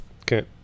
Okay